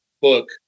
book